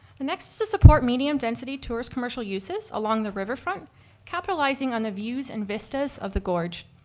the next is to support medium density tourist commercial uses along the river front capitalizing on the views and vistas of the gorge.